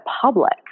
public